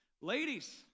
Ladies